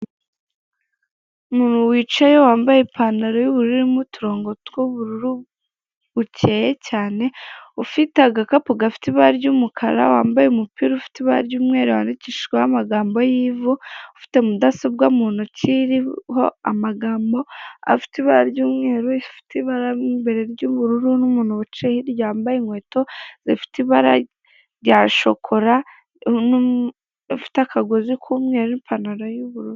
Umuntu wicaye wambaye ipantaro y'ubururu irimo uturongo tw'ubururu bukeye cyane, ufite agakapu gafite ibara ry'umukara, wambaye umupira ufite ibara ry'umweru, wandikishijweho amagambo y'ivu, ufite mudasobwa mu ntoki iriho amagambo afite ibara ry'umweru, ifite ibara mo imbere ry'ubururu, n'umuntu wicaye hirya wambaye inkweto zifite ibara rya shokora zifite akagozi k'umweru, ipantaro y'ubururu.